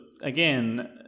again